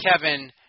Kevin